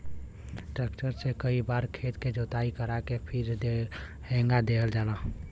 tractor से कई बार खेत के जोताई करा के फिर हेंगा देवल जाला